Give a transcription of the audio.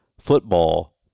Football